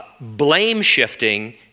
blame-shifting